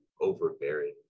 overbearing